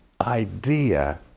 idea